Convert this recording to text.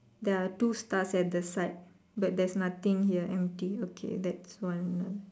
there are two stars at the side but there is nothing here empty okay that's one lah